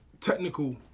technical